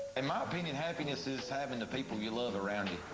in my opinion, happiness is having the people you love around you.